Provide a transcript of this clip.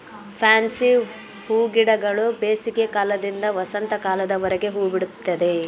fancy ಹೂಗಿಡಗಳು ಬೇಸಿಗೆ ಕಾಲದಿಂದ ವಸಂತ ಕಾಲದವರೆಗೆ ಹೂಬಿಡುತ್ತವೆ